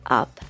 up